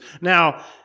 Now